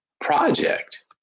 project